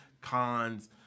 cons